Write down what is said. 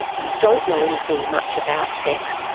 you don't know anything much about sex,